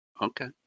Okay